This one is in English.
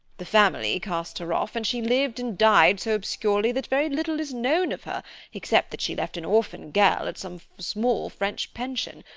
the family cast her off, and she lived and died so obscurely that very little is known of her except that she left an orphan girl at some small french pension.